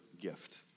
gift